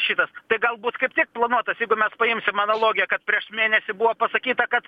šitas tai galbūt kaip tik planuotas jeigu mes paimsim analogiją kad prieš mėnesį buvo pasakyta kad